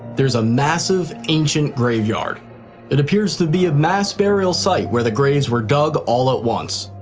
there's a massive ancient graveyard that appears to be a mass burial site where the graves were dug all at once.